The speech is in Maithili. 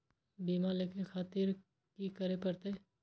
बीमा लेके खातिर की करें परतें?